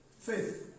Faith